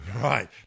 Right